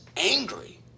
Angry